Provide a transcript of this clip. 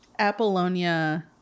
apollonia